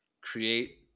create